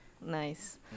nice